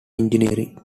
engineering